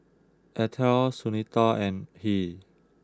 Atal Sunita and Hri